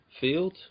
field